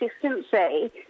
consistency